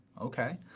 Okay